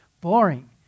Boring